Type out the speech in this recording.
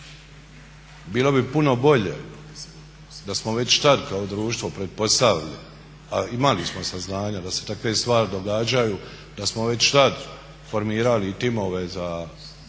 Bilo bi puno bolje da smo već tada kao društvo pretpostavljam, a imali smo saznanja da se takve stvari događaju da smo već tada formirali timove za